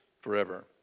forever